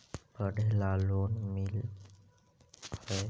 पढ़े ला लोन मिल है?